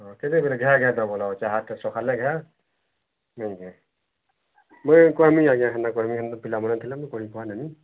ହଁ କେତେ କେତେ ତୁମର ଚାହା ତ ସକାଳେ ଏକା ନାଇଁ କି ମୁଇଁ କହିବି ଆଜ୍ଞା ହେନ୍ତା କରିବି ପିଲାମାନେ ଥିଲେ ମୁଁ କହି ପାରିଲିନି